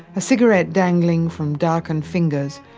a cigarette dangling from darkened fingers,